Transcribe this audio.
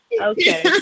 Okay